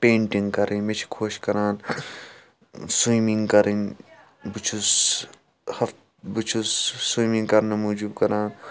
painting کرٕنۍ مےٚ چھِ خۄش کران سُویمِنٛگ کرٕنۍ بہٕ چھُس ہَف بہٕ چھُس سُویمِنٛگ کَرنہٕ موجُوب کران